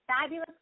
fabulous